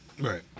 Right